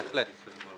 בהחלט.